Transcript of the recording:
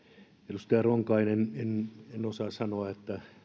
edustaja ronkainen en osaa sanoa